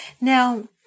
Now